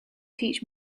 teach